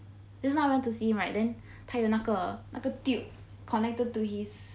just now I went to see him right then 他有那个那个 tube connected to his